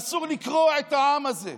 אסור לקרוע את העם הזה.